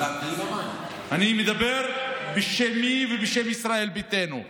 אני מדבר בשמי ובשם ישראל ביתנו.